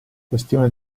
questione